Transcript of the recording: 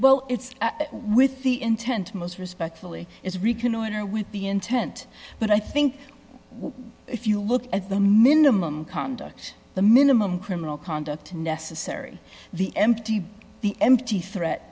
well it's with the intent most respectfully is reconnoiter with the intent but i think if you look at the minimum conduct the minimum criminal conduct necessary the empty the empty threat